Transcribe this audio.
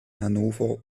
hannover